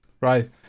Right